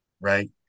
right